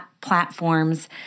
platforms